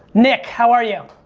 nick, how are you?